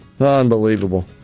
Unbelievable